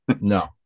No